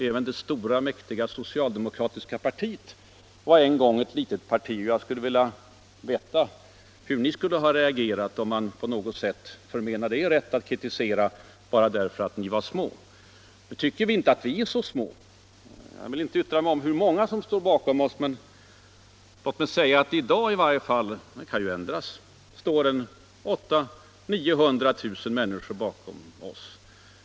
Även det stora och mäktiga socialdemokratiska partiet var en gång ett litet parti. Jag skulle vilja veta hur ni skulle ha reagerat om man på något sätt förmenat er rätten att kritisera bara därför att ert parti var litet. Nu tycker vi inte att vi är ett så litet parti; i varje fall i dag — men det kan ju ändras — står 800 000-900 000 människor bakom oss.